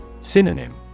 Synonym